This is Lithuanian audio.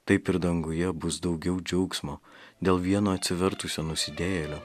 taip ir danguje bus daugiau džiaugsmo dėl vieno atsivertusio nusidėjėlio